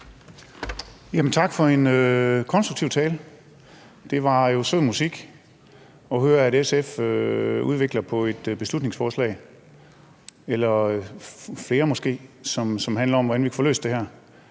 Tak for en konstruktiv tale. Det var jo sød musik at høre, at SF udvikler på et beslutningsforslag, eller flere måske, som handler om, hvordan vi får løst det her.